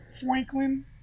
Franklin